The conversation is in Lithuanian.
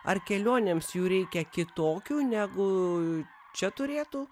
ar kelionėms jų reikia kitokių negu čia turėtų